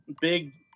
big